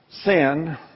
sin